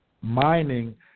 mining